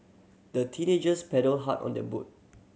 the teenagers paddled hard on their boat